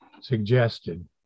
suggested